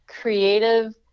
creative